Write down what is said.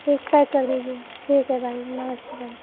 ठीक पैक कर दीजिए ठीक है भाई नमस्ते भाई